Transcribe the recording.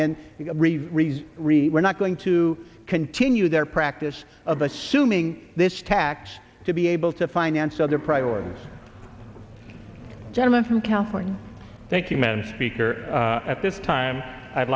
really we're not going to continue their practice of assuming this tax to be able to finance other priorities gentleman from california thank you man speaker at this time i'd